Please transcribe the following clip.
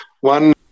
One